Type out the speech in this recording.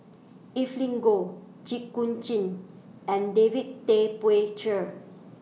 Evelyn Goh Jit Koon Ch'ng and David Tay Poey Cher